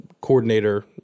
coordinator